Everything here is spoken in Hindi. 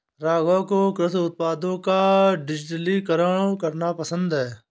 राघव को कृषि उत्पादों का डिजिटलीकरण करना पसंद है